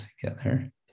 together